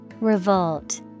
Revolt